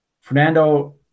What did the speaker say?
Fernando